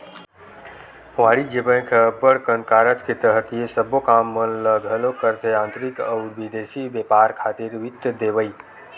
वाणिज्य बेंक ह अब्बड़ कन कारज के तहत ये सबो काम मन ल घलोक करथे आंतरिक अउ बिदेसी बेपार खातिर वित्त देवई